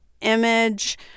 image